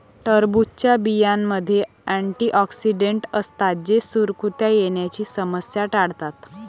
टरबूजच्या बियांमध्ये अँटिऑक्सिडेंट असतात जे सुरकुत्या येण्याची समस्या टाळतात